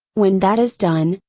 when that is done,